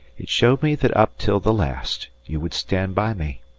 it showed me that up till the last you would stand by me,